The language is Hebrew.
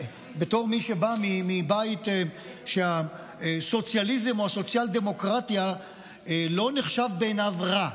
בתור מי שבא מבית שהסוציאליזם או שהסוציאל-דמוקרטיה לא נחשב בעיניו רע,